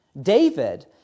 David